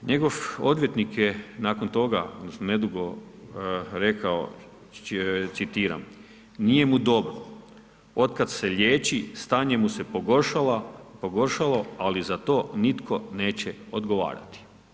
Njegov odvjetnik je nakon toga, nedugo, rekao, citiram, nije mu dobro, od kada se liječi, stanje mu se pogoršalo, ali za to nitko neće odgovarati.